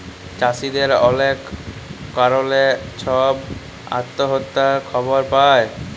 চাষীদের অলেক কারলে ছব আত্যহত্যার খবর পায়